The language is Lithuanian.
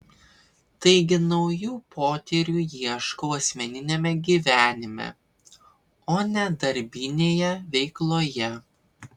taigi naujų potyrių ieškau asmeniniame gyvenime o ne darbinėje veikloje